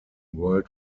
world